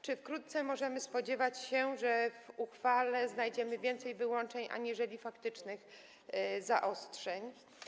Czy wkrótce możemy się spodziewać, że w ustawie znajdziemy więcej wyłączeń aniżeli faktycznych zaostrzeń?